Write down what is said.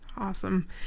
awesome